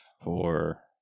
Four